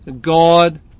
God